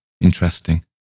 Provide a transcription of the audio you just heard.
interesting